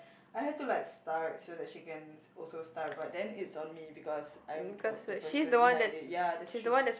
I had to like start so that she can also start but then it's on me because I'm the the person behind it ya that's true